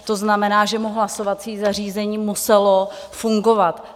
To znamená, že mu hlasovací zařízení muselo fungovat.